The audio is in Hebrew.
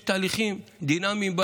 יש תהליכים דינמיים,